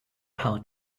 how